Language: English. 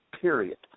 Period